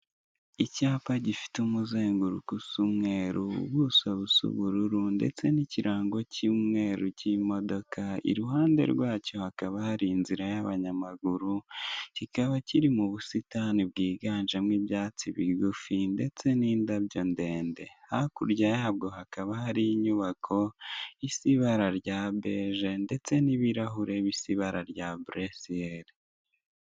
Icyapa gifite umuzenguruko usa umweru, ubuso busa ubururu, ndetse n'ikirango gisa umweru k'imodoka iruhande ryacyo hakaba hari inzira y'abanyamaguru, kikaba kiri mu busitani bwiganjemo ibyatsi bigufi, ndetse n'indabyo ndende. Hakurya yabwo hakaba hari inyubako isa ibara rya berije ndetse n'ibirahur bisa ibara rya bulesiyere.